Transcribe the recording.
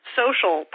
social